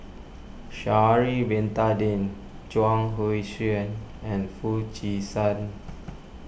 Sha'ari Bin Tadin Chuang Hui Tsuan and Foo Chee San